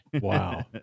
Wow